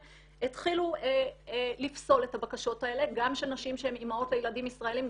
התחילו לפסול את הבקשות האלה גם של נשים שהן אימהות לילדים ישראליים,